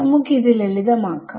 നമുക്ക് ഇത് ലളിതം ആക്കാം